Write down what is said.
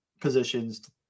positions